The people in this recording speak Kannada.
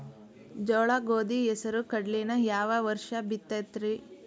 ಜೋಳ, ಗೋಧಿ, ಹೆಸರು, ಕಡ್ಲಿನ ಯಾವ ವರ್ಷ ಬಿತ್ತತಿರಿ?